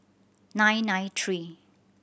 nine nine three